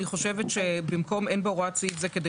אני חושבת שבמקום "אין בהוראת סעיף זה כדי